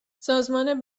سازمان